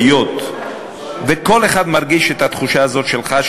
היות שכל אחד מרגיש את התחושה הזאת שלך,